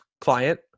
client